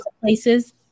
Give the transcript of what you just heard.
places